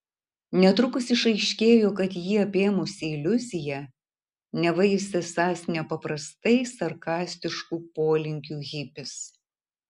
netrukus išaiškėjo kad jį apėmusi iliuzija neva jis esąs nepaprastai sarkastiškų polinkių hipis